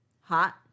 hot